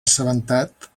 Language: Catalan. assabentat